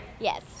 Yes